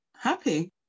happy